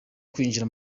kwinjira